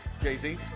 Jay-Z